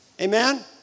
Amen